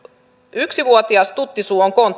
yksi vuotias tuttisuu konttaamassa